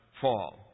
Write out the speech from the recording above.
fall